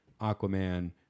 Aquaman